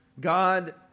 God